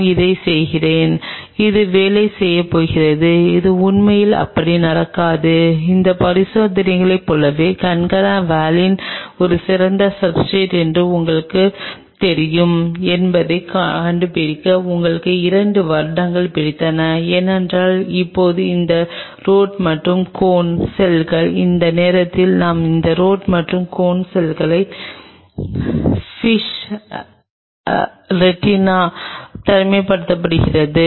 நான் இதைச் செய்கிறேன் இது வேலை செய்யப் போகிறது அது உண்மையில் அப்படி நடக்காது இந்த பரிசோதனையைப் போலவே கான்கனா வால்ன் ஒரு சிறந்த சப்ஸ்ர்டேட் என்று உங்களுக்குத் தெரியும் என்பதைக் கண்டுபிடிக்க எங்களுக்கு இரண்டு வருடங்கள் பிடித்தன ஏனென்றால் இப்போது இந்த ரோட் மற்றும் கோன் செல்கள் அந்த நேரத்தில் நாம் இந்த ரோட் மற்றும் கோன் செல்களை பிஷ் ரெடினாவிலிருந்து தனிமைப்படுத்துகிறோம்